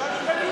עולה שעת חנייה?